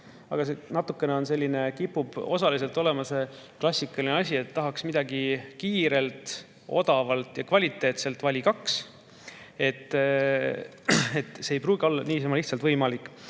aga natukene kipub olema see klassikaline asi, et tahaks midagi kiirelt, odavalt ja kvaliteetselt. Valida [tuleb] kaks. See ei pruugi olla niisama lihtsalt võimalik. Meil